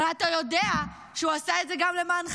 הרי אתה יודע שהוא עשה את זה גם למענכם,